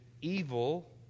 evil